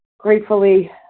gratefully